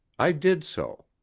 i did so.